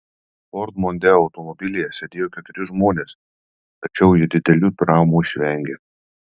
ford mondeo automobilyje sėdėjo keturi žmonės tačiau jie didelių traumų išvengė